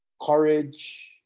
courage